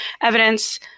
evidence